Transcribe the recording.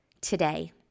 today